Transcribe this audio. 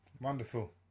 Wonderful